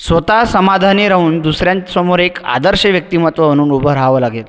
स्वतः समाधानी राहून दुसऱ्यांसमोर एक आदर्श व्यक्तिमत्व म्हणून उभं राहावं लागेल